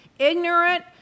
Ignorant